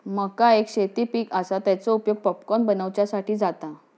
मका एक शेती पीक आसा, तेचो उपयोग पॉपकॉर्न बनवच्यासाठी जाता